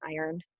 iron